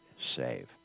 save